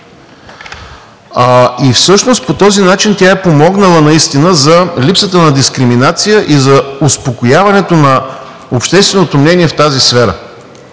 Всъщност по този начин тя е помогнала наистина за липсата на дискриминация и за успокояването на общественото мнение в тази сфера.